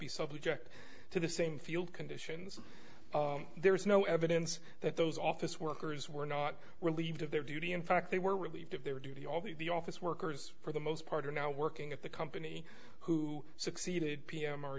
be subject to the same field conditions there is no evidence that those office workers were not relieved of their duty in fact they were relieved of their duty all the office workers for the most part are now working at the company who succeeded p